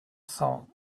cent